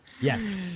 Yes